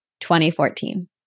2014